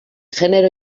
genero